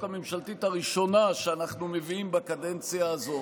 הממשלתית הראשונה שאנחנו מביאים בקדנציה הזו,